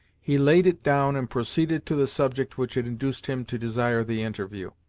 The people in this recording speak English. he laid it down and proceeded to the subject which had induced him to desire the interview.